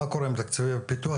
מה קורה עם תקציבי הפיתוח?